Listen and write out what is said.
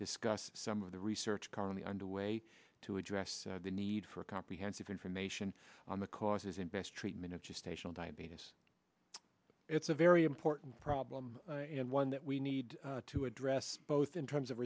discuss some of the research currently underway to address the need for comprehensive information on the causes and best treatment of just facial diabetes it's a very important problem and one that we need to address both in terms of